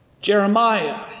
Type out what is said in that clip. Jeremiah